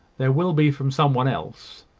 there will be from some one else,